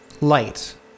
light